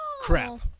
crap